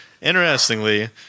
interestingly